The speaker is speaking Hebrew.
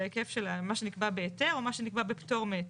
זה היקף של מה שנקבע בהיתר או מה שנקבע בפטור מהיתר.